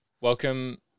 Welcome